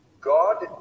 God